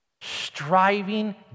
striving